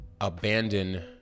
abandon